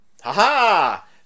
Ha-ha